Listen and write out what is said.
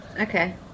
Okay